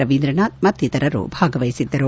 ರವೀಂದ್ರನಾಥ್ ಇತರರು ಭಾಗವಹಿಸಿದ್ದರು